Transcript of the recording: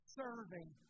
serving